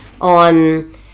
on